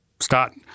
Start